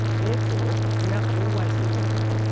therefore, we are always losing weight,